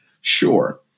Sure